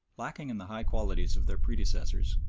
lacking in the high qualities of their predecessors,